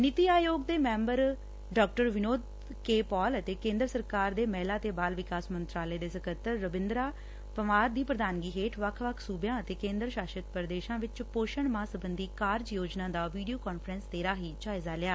ਨੀਤੀ ਆਯੋਗ ਦੇ ਮੈਂਬਰ ਸਿਹਤ ਅਤੇ ਪੌਸਟਿਕਤਾ ਡਾ ਵਿਨੋਦ ਕੇ ਪਾਲ ਅਤੇ ਕੇਂਦਰ ਸਰਕਾਰ ਦੇ ਮਹਿਲਾ ਤੇ ਬਾਲ ਵਿਕਾਸ ਮੰਤਰਾਲੇ ਦੇ ਸਕੱਤਰ ਰਬਿੰਦਰਾ ਪੰਵਾਰ ਦੀ ਪ੍ਰਧਾਨਗੀ ਹੇਠ ਵੱਖ ਵੱਖ ਸੁਬਿਆਂ ਅਤੇ ਕੇਦਰੀ ਸ਼ਾਸਤ ਪ੍ਰਦੇਸ਼ਾਂ ਵਿਚ ਪੋਸ਼ਣ ਮਾਹ ਸਬੰਧੀ ਕਾਰਜ ਯੋਜਨਾ ਦਾ ਵੀਡੀਓ ਕਾਨਫਰੰਸ ਦੇ ਰਾਹੀਂ ਜਾਇਜਾ ਲਿਆ